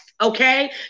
okay